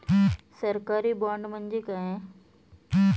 सरकारी बाँड म्हणजे काय?